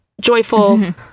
joyful